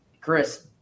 Chris